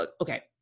Okay